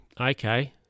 okay